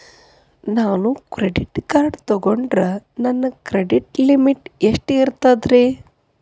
ನಾನು credit card ತೊಗೊಂಡ್ರ ನನ್ನ ಕ್ರೆಡಿಟ್ ಲಿಮಿಟ್ ಎಷ್ಟ ಇರ್ತದ್ರಿ?